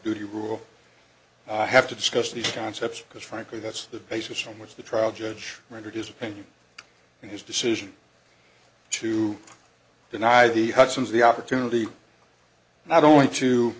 duty rule have to discuss these concepts because frankly that's the basis on which the trial judge rendered his opinion and his decision to deny the hudsons the opportunity not only to